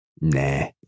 Nah